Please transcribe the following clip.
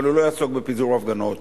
אבל הוא לא יעסוק בפיזור הפגנות.